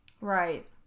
Right